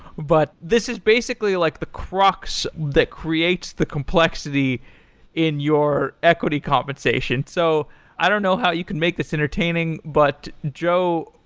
but this is basically like the crocs that creates the complexity in your equity compensation. so i don't know how you can make this entertaining. but joe,